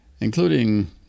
including